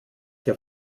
der